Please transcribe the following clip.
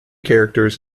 characters